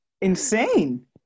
insane